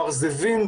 מרזבים,